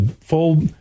Full